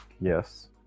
Yes